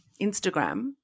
Instagram